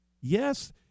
Yes